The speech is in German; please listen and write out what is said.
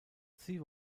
sie